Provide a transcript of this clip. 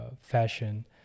fashion